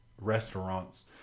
restaurants